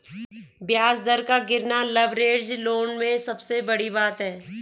ब्याज दर का गिरना लवरेज्ड लोन में सबसे बड़ी बात है